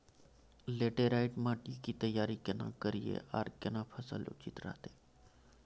Laterite माटी की तैयारी केना करिए आर केना फसल उचित रहते?